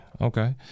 Okay